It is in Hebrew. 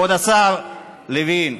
כבוד השר לוין,